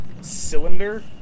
cylinder